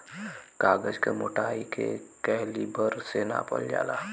कागज क मोटाई के कैलीबर से नापल जाला